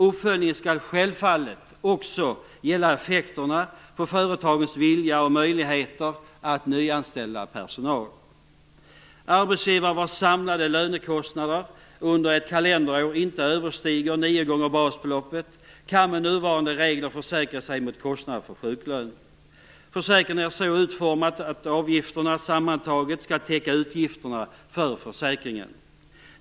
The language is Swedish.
Uppföljningen skall självfallet också gälla effekterna på företagens vilja och möjligheter att anställa personal. Arbetsgivare vars samlade lönekostnader under ett kalenderår inte överstiger 90 gånger basbeloppet kan med nuvarande regler försäkra sig mot kostnader för sjuklön. Försäkringen är så utformad att avgifterna sammantaget skall täcka utgifterna för försäkringen.